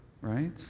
right